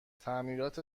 تعمیرات